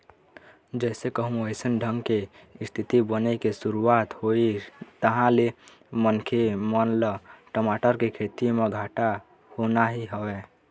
जइसे कहूँ अइसन ढंग के इस्थिति बने के शुरुवात होइस तहाँ ले मनखे मन ल टमाटर के खेती म घाटा होना ही हवय